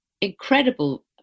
incredible